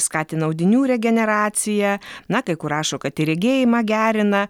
skatina audinių regeneraciją na kai kur rašo kad ir regėjimą gerina